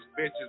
bitches